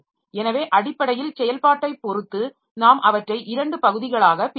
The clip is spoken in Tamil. எனவே அடிப்படையில் செயல்பாட்டைப் பொறுத்து நாம் அவற்றை இரண்டு பகுதிகளாகப் பிரிக்கிறோம்